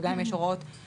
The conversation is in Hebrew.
וגם אם יש הוראות מקבילות,